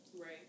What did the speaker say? Right